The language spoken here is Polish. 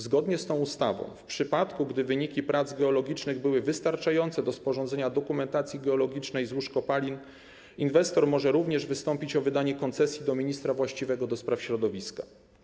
Zgodnie z tą ustawą w przypadku gdy wyniki prac geologicznych są wystarczające do sporządzenia dokumentacji geologicznej złóż kopalin, inwestor może również wystąpić o wydanie koncesji do ministra właściwego do spraw środowiska.